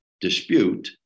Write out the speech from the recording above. dispute